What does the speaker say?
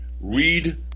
Read